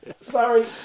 Sorry